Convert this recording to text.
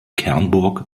kernburg